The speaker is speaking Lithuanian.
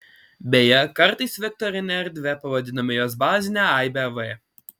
beje kartais vektorine erdve pavadiname jos bazinę aibę v